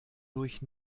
durch